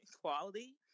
quality